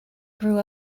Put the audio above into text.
grew